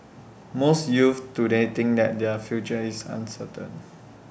most youths today think that their future is uncertain